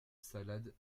salade